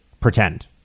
pretend